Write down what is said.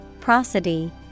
prosody